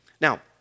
Now